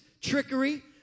trickery